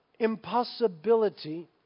Impossibility